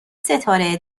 ستاره